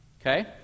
Okay